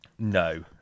No